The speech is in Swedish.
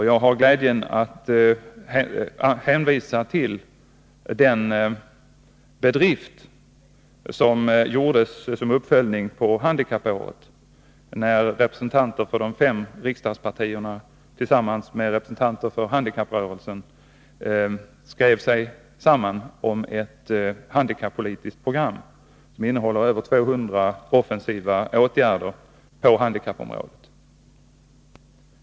Jag har glädjen att kunna hänvisa till den bedrift som gjordes såsom uppföljning av handikappåret, när representanter för de fem riksdagspartierna tillsammans med representanter för handikapprörelsen skrev sig samman om ett handikappolitiskt program, vilket innehåller över 200 offensiva åtgärder på handikappområdet.